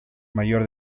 mayor